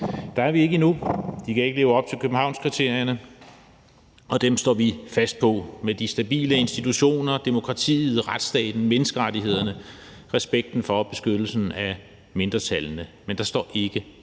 Der er vi ikke endnu. De kan ikke leve op til Københavnskriterierne, og dem står vi fast på, med de stabile institutioner, demokratiet, retsstaten, menneskerettighederne, respekten for og beskyttelsen af mindretallene. Men der står ikke